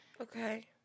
okay